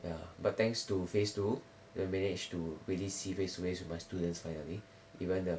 ya but thanks to phase two then managed to really see face to face with my students even the